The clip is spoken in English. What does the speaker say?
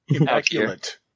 Immaculate